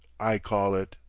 i call it.